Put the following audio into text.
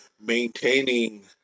maintaining